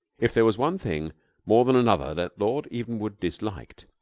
if there was one thing more than another that lord evenwood disliked,